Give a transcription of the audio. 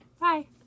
Bye